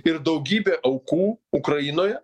ir daugybė aukų ukrainoje